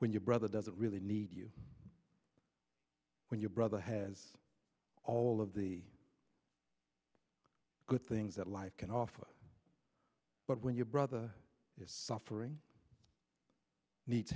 when your brother doesn't really need you when your brother has all of the good things that life can offer but when your brother is suffering needs